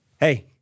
Hey